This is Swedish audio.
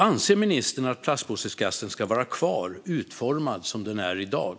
Anser ministern att plastpåseskatten ska vara kvar, utformad som den är i dag?